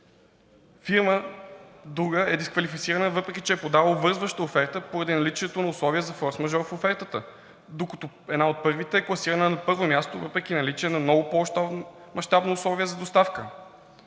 Фирма – друга, е дисквалифицирана, въпреки че е подала обвързваща оферта, поради наличието на условия за форсмажор в офертата, докато една от първите е класирана на първо място въпреки наличието на много по-мащабно условие за доставка.